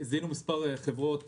מספר חברות